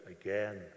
again